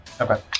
Okay